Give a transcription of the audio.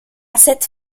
cette